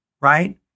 right